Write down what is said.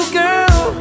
girl